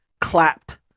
clapped